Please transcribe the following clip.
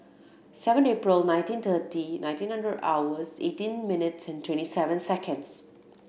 seven April nineteen thirty nineteen hundred hours eighteen minutes and twenty seven seconds